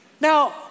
Now